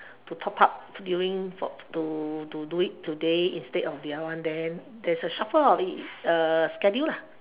to top up during for to to do it today instead of the other one then there's a shuffle of it uh schedule lah